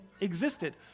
existed